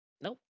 Nope